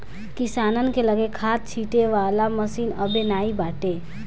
किसानन के लगे खाद छिंटे वाला मशीन अबे नाइ बाटे